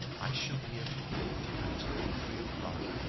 i shall be at home until three o'clock,